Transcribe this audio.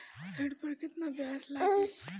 ऋण पर केतना ब्याज लगी?